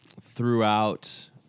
throughout